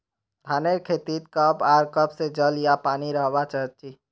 धानेर खेतीत कब आर कब से जल या पानी रहबा चही?